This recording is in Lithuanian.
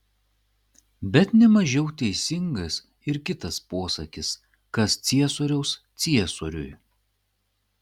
bet ne mažiau teisingas ir kitas posakis kas ciesoriaus ciesoriui